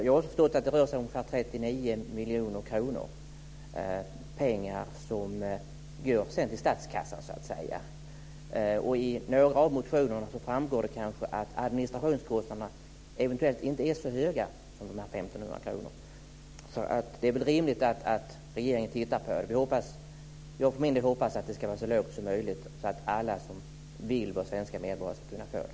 Jag har förstått att det rör sig om ungefär 39 miljoner kronor. Det är pengar som sedan går till statskassan. I några av motionerna framgår det kanske att administrationskostnaderna eventuellt inte är så höga som 1 500 kr. Det är rimligt att regeringen tittar på det. Jag för min del hoppas att avgiften ska vara så låg som möjligt så att alla som vill ha svenskt medborgarskap ska kunna få det.